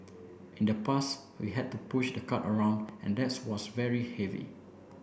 in the past we had to push the cart around and that was very heavy